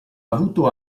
avuto